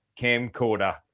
camcorder